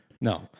No